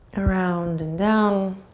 around and down.